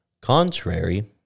contrary